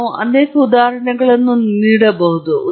ತದನಂತರ ನೀವು ಅರ್ಥಪೂರ್ಣ ವ್ಯಾಖ್ಯಾನಗಳನ್ನು ಮಾಡಬಹುದು